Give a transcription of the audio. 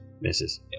Misses